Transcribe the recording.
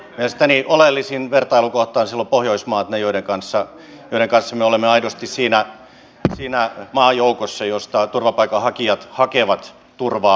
mielestäni oleellisin vertailukohta on silloin pohjoismaat ne joiden kanssa me olemme aidosti siinä maajoukossa josta turvapaikanhakijat hakevat turvaa